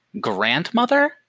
grandmother